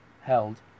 held